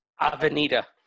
Avenida